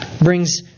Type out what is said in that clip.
brings